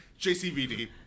JCVD